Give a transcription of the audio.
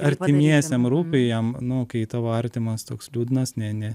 artimiesiem rūpi jam nu kai tavo artimas toks liūdnas ne ne